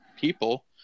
people